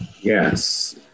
Yes